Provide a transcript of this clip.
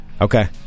Okay